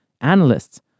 analysts